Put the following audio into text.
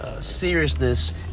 seriousness